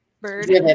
bird